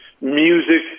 music